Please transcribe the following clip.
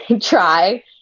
try